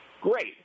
Great